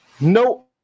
no